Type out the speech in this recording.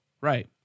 Right